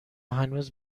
هنوز